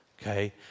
okay